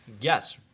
yes